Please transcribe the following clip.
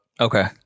Okay